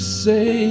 say